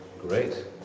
Great